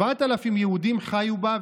7,000 יהודים חיו בה,